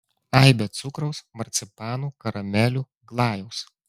aibę cukraus marcipanų karamelių glajaus